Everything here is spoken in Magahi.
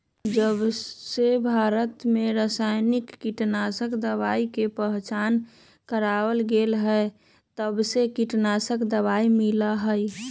जबसे भारत में रसायनिक कीटनाशक दवाई के पहचान करावल गएल है तबसे उ प्रमुख भूमिका निभाई थई